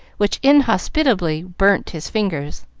which inhospitably burnt his fingers.